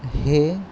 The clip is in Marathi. हे